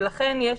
ולכן יש